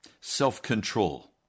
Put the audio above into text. Self-control